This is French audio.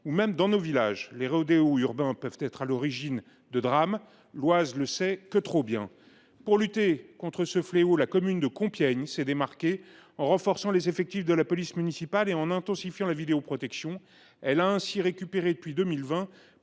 et même nos villages. Les rodéos urbains peuvent être à l’origine de drames ; le département de l’Oise ne le sait que trop bien. Pour lutter contre ce fléau, la commune de Compiègne s’est démarquée en renforçant les effectifs de la police municipale et en intensifiant la vidéoprotection. Elle a ainsi récupéré depuis 2020